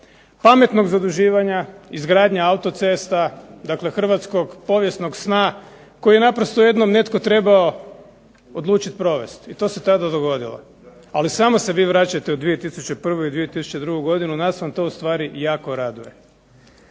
pametnog zaduživanja, izgradnje autocesta. Dakle, hrvatskog povijesnog sna koji je naprosto jednom netko trebao odlučiti provesti. I to se tada dogodilo. Ali samo se vi vraćajte u 2001. i 2002. godinu nas vam to ustvari jako raduje.